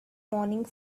morning